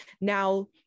Now